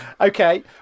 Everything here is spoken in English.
okay